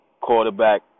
quarterback